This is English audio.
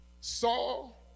Saul